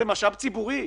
הרי זה משאב ציבורי.